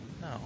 No